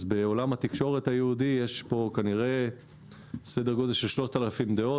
אז בעולם התקשורת היהודי יש כנראה סדר גודל של 3,000 דעות